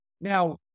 Now